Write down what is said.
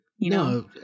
No